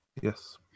Yes